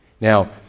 Now